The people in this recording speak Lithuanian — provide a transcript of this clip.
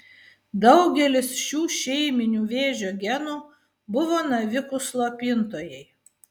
daugelis šių šeiminių vėžio genų buvo navikų slopintojai